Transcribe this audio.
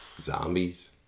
Zombies